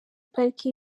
pariki